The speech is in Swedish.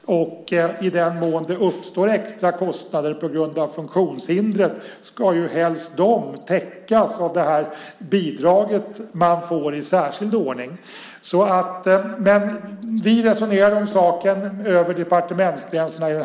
I den mån det uppstår extra kostnader på grund av ett funktionshinder ska de helst täckas av det bidrag man får i särskild ordning. I regeringen resonerade vi om saken över departementsgränserna.